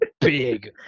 big